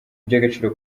iby’agaciro